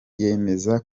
yemeza